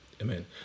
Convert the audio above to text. Amen